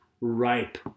ripe